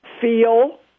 feel